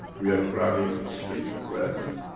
we are grabbing sleep, rest,